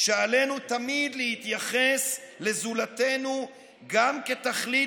שעלינו תמיד להתייחס לזולתנו גם כתכלית